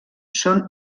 són